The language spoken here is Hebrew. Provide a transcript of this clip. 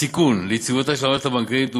הסיכון ליציבותה של המערכת הבנקאית הוא